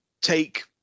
take